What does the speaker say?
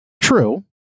True